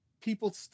people